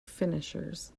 finishers